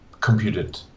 computed